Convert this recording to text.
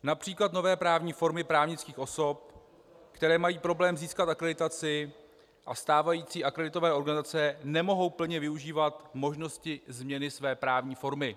Například nové právní formy právnických osob, které mají problém získat akreditaci a stávající akreditované organizace, nemohou plně využívat možnosti změny své právní formy.